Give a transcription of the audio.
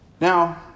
Now